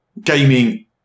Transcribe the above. gaming